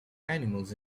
animals